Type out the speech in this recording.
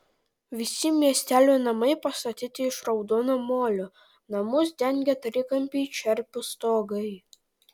visi miestelio namai pastatyti iš raudono molio namus dengia trikampiai čerpių stogai